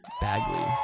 Bagley